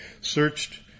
searched